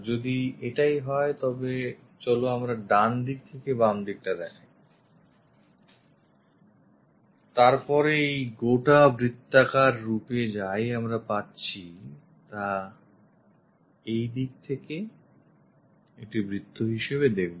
যদি এটাই হয় তবে চলো আমরা ডানদিক থেকে বামদিকটা দেখাই তারপরে এই গোটা বৃত্তাকার রূপে যা ই আমরা পাচ্ছি তা এই দিক থেকে একটি বৃত্ত হিসেবে দেখব